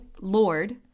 Lord